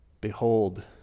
behold